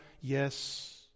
yes